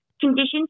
conditions